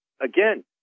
again